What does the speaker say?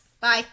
Bye